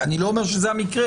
אני לא אומר שזה המקרה,